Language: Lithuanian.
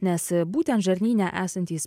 nes būtent žarnyne esantys